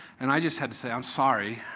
and i just had to say, i'm sorry.